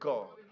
God